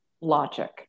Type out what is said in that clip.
logic